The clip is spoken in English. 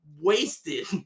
wasted